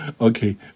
Okay